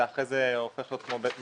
זה הופך להיות כמו בית משפט,